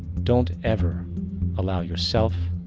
don't ever allow yourself,